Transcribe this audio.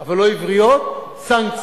אבל לא עבריות: סנקציות,